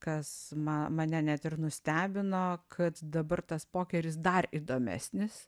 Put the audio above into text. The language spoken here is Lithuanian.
kas ma mane net ir nustebino kad dabar tas pokeris dar įdomesnis